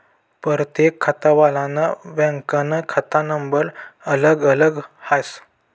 परतेक खातावालानं बँकनं खाता नंबर अलग अलग हास